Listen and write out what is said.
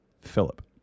Philip